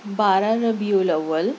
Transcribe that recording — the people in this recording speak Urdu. بارہ ربیع الاول